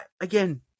again